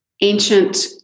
ancient